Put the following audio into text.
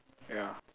ya